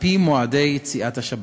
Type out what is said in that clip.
על-פי מועדי יציאת השבת.